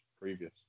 previous